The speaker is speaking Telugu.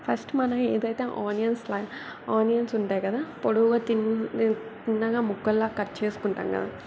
ఫస్ట్ మనం ఏదైతే ఆనియన్స్ స్ల ఆనియన్స్ ఉంటాయి కదా పొడవుగా థిన్ చిన్నగా ముక్కల్లా కట్ చేసుకుంటాం కదా